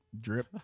Drip